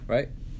Right